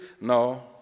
No